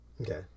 Okay